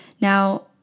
Now